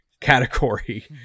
category